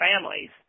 families